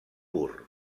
pur